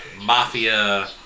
mafia